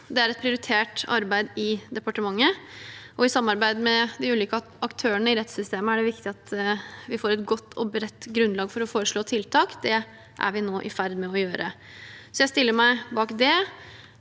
Dette er et prioritert arbeid i departementet. I samarbeid med de ulike aktørene i rettssystemet er det viktig at vi får et godt og bredt grunnlag for å foreslå tiltak. Det er vi nå i ferd med å gjøre. Jeg stiller meg bak det